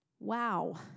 Wow